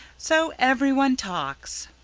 so everyone talks.